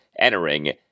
entering